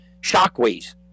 Shockwaves